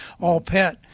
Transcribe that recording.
all-pet